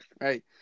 Right